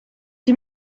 die